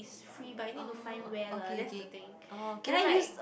free but you need to find where lah that's the thing then like